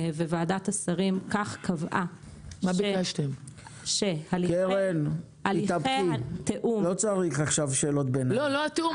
וועדת השרים כך קבעה שהליכי התיאום --- לא התיאום,